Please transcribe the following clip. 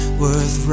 worth